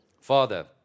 Father